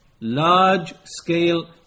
large-scale